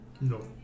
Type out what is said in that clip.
No